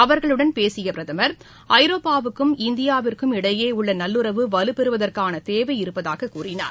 அவர்களுடன் பேசியபிரதமர் ஐரோப்பாவுக்கும் இந்தியாவிற்கும் இடையேஉள்ளநல்லுறவு வலுப்பெறுவதற்கானதேவை இருப்பதாககூறினார்